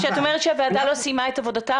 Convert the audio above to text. כשאת אומרת שהוועדה לא סיימה את עבודתה,